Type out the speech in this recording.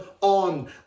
on